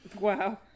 Wow